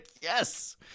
yes